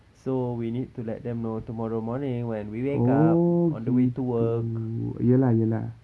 so we need to let them know tomorrow morning when we wake up on the way to work